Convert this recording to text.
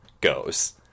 goes